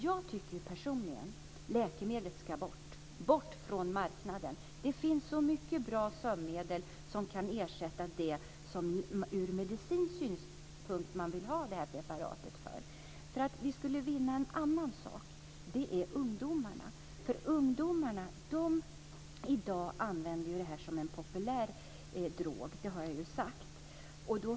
Jag tycker personligen att läkemedlet ska bort från marknaden. Det finns så många bra sömnmedel som kan ersätta detta preparat, som man vill ha ur medicinsk synpunkt. Vi skulle vinna något annat. Det är ungdomarna. Ungdomarna använder detta som en populär drog i dag; det har jag sagt.